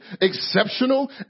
exceptional